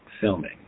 filming